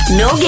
no